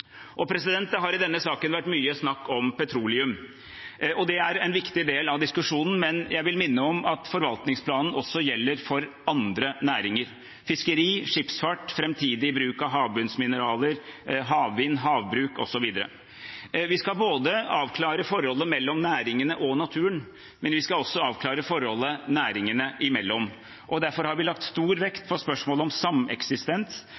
Det har i denne saken vært mye snakk om petroleum, og det er en viktig del av diskusjonen, men jeg vil minne om at forvaltningsplanen også gjelder for andre næringer: fiskeri, skipsfart, framtidig bruk av havbunnsmineraler, havvind, havbruk osv. Vi skal både avklare forholdet mellom næringene og naturen og avklare forholdet næringene imellom. Derfor har vi lagt stor